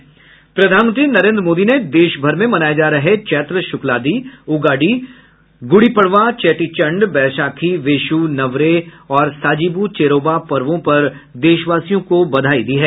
इधर प्रधानमंत्री नरेन्द्र मोदी ने देशभर में मनाये जा रहे चैत्र शुक्लादि उगादी गुडी पडवा चेटी चंड वैशाखी विशु नवरेह और साजिबू चेरोबा पर्वों पर देशवासियों को बधाई दी है